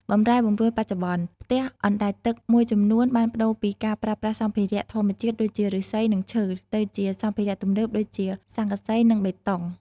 បម្រែបម្រួលបច្ចុប្បន្ន ផ្ទះអណ្ដែតទឹកមួយចំនួនបានប្ដូរពីការប្រើប្រាស់សម្ភារៈធម្មជាតិដូចជាឫស្សី និងឈើ ទៅជាសម្ភារៈទំនើបដូចជា ស័ង្កសី និងបេតុង។